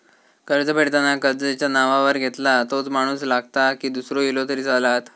कर्ज फेडताना कर्ज ज्याच्या नावावर घेतला तोच माणूस लागता की दूसरो इलो तरी चलात?